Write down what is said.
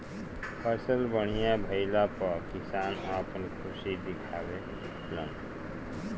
फसल बढ़िया भइला पअ किसान आपन खुशी दिखावे लन